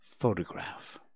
photograph